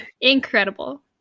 Incredible